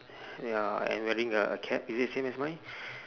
ya and wearing a cap is it same as mine